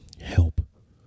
help